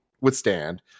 withstand